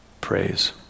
praise